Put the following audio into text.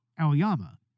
Aoyama